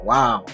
Wow